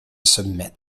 submit